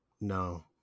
No